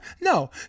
No